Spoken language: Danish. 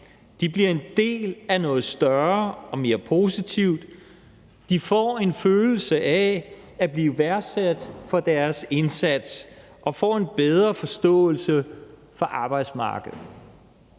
De bliver en del af noget større og mere positivt. De får en følelse af at blive værdsat for deres indsats og får en bedre forståelse for arbejdsmarkedet.